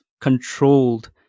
controlled